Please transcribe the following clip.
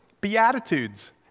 Beatitudes